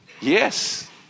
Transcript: Yes